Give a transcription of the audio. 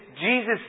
Jesus